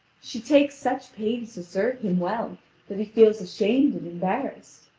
she takes such pains to serve him well that he feels ashamed and embarrassed.